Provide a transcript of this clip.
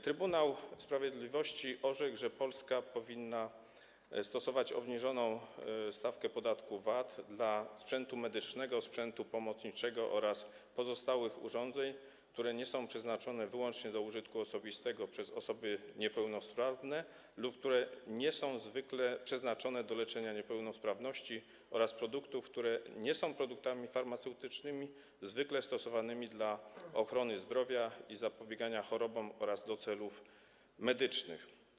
Trybunał Sprawiedliwości orzekł, że Polska nie powinna stosować obniżonej stawki podatku VAT dla sprzętu medycznego, sprzętu pomocniczego oraz pozostałych urządzeń, które nie są przeznaczone wyłącznie do użytku osobistego przez osoby niepełnosprawne lub które nie są zwykle przeznaczone do leczenia niepełnosprawności, ani dla produktów, które nie są produktami farmaceutycznymi zwykle stosowanymi dla ochrony zdrowia i zapobiegania chorobom oraz do celów medycznych.